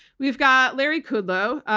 we've got larry kudlow,